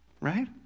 right